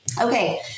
Okay